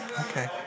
Okay